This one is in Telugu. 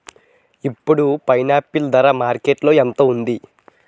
ఇప్పుడు పైనాపిల్ ధర మార్కెట్లో ఎంత ఉంది?